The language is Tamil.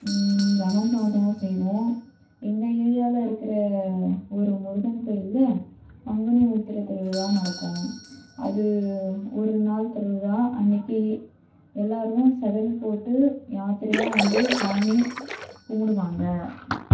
லெமன் சாதம் செய்வோம் எங்கள் ஏரியாவில் இருக்கிற ஒரு முருகன் கோவில்ல பங்குனி உத்திர திருவிழா நடக்கும் அது ஒரு நாள் திருவிழா அன்றைக்கு எல்லோரும் செதல் போட்டு யாத்திரையாக வந்து சாமி கும்பிடுவாங்க